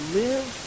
live